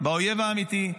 באויב האמיתי,